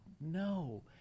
no